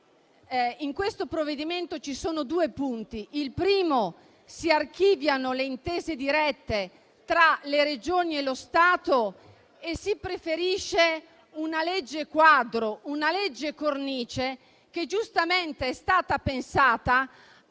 nel provvedimento in esame ci siano due punti. Il primo è che si archiviano le intese dirette tra le Regioni e lo Stato e si preferisce una legge quadro, una legge cornice, che giustamente è stata pensata